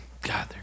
God